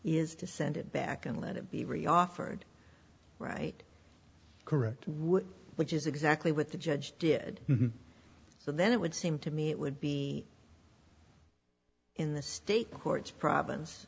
is to send it back and let it be re offered right correct which is exactly what the judge did so then it would seem to me it would be in the state courts pro